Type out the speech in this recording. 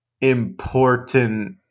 important